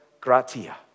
gratia